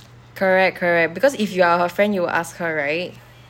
correct correct because if you are her friend you will ask her right